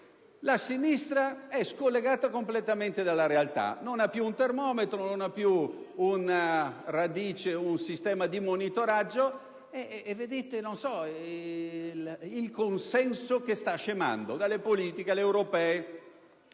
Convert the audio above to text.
la sinistra è slegata completamente dalla realtà, non ha più un termometro o un sistema di monitoraggio e vede il consenso scemare, dalle politiche alle europee.